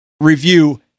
review